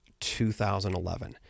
2011